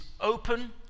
open